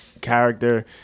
character